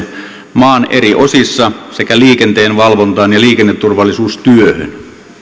maan eri osissa sekä liikenteen valvontaan ja liikenneturvallisuustyöhön